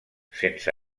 sense